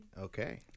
Okay